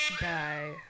guy